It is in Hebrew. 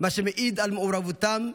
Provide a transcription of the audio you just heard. מה שמעיד על מעורבותם,